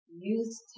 use